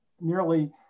nearly